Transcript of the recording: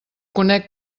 conec